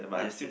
yes yes